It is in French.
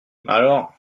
alors